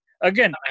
Again